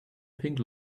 pink